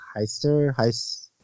Heister